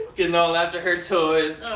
getting all after her toys.